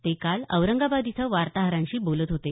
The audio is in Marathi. ते काल औरंगाबाद इथं वार्ताहरांशी बोलत होते